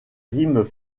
rimes